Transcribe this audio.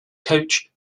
coach